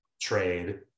trade